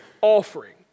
offering